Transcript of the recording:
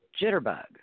Jitterbug